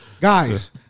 Guys